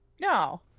no